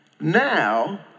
Now